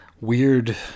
weird